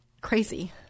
crazy